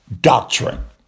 doctrine